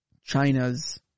China's